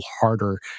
harder